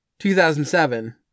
2007